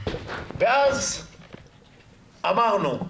ואז אמרנו: